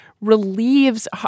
relieves